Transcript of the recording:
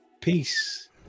peace